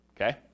okay